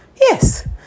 Yes